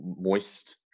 moist